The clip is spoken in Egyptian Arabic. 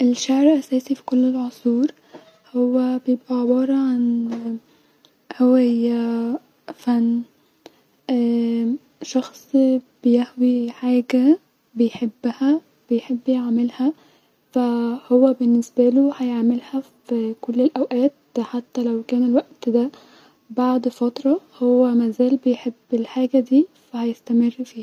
الشعر اساسي في كل العصور هو بيبقي عباره هوايه فن شخص-بيهوي حاجه-بيحبها وبيحب يعملها-فا-هو بالنسبالو هو هيعملها في كل الاوقات حتي لو كان الوقت دا بعد فتره-هو مازال بيحب الحاجه دي فا هيستمر فيها